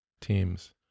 teams